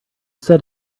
said